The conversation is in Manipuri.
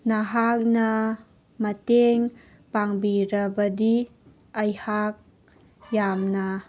ꯅꯍꯥꯛꯅ ꯃꯇꯦꯡ ꯄꯥꯡꯕꯤꯔꯕꯗꯤ ꯑꯩꯍꯥꯛ ꯌꯥꯝꯅ